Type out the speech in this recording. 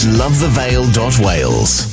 lovethevale.wales